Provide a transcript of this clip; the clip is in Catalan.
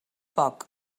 poc